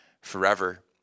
forever